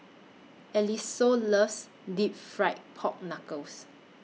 Eliseo loves Deep Fried Pork Knuckles